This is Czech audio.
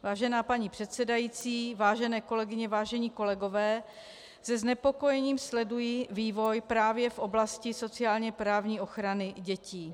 Vážená paní předsedající, vážené kolegyně, vážení kolegové, se znepokojením sleduji vývoj právě v oblasti sociálněprávní ochrany dětí.